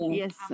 yes